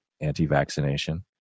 anti-vaccination